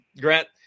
grant